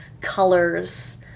colors